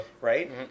Right